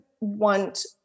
want